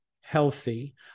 healthy